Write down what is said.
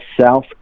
South